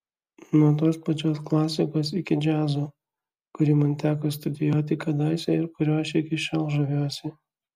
nuo tos pačios klasikos iki džiazo kurį man teko studijuoti kadaise ir kuriuo aš iki šiol žaviuosi